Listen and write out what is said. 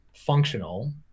functional